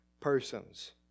persons